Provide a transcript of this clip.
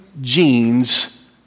genes